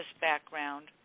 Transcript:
background